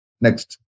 Next